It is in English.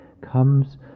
comes